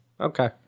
Okay